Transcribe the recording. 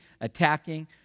attacking